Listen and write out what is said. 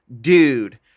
DUDE